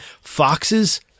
Foxes